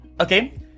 Okay